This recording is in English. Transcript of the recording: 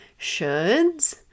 shoulds